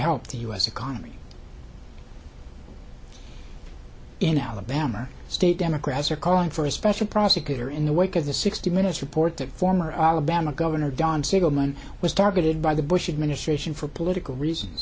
help the u s economy in alabama state democrats are calling for a special prosecutor in the wake of the sixty minutes report that former alabama governor don siegelman was targeted by the bush administration for political reasons